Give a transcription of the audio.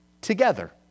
together